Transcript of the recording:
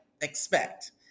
expect